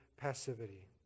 passivity